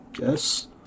yes